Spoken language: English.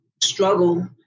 struggle